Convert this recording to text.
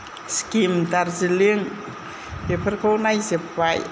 सिक्किम दार्जिलीं बेफोरखौ नायजोब्बाय